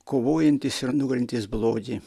kovojantis ir nugalintis blogį